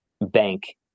bank